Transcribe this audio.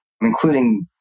including